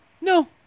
no